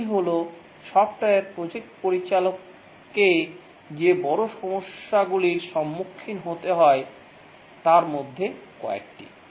এগুলি হল software project পরিচালককে যে বড় সমস্যাগুলির মুখোমুখি হতে হয় তার মধ্যে কয়েকটি